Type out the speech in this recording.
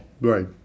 Right